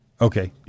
Okay